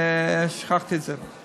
שכחתי את זה.